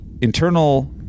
internal